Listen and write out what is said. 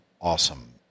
awesome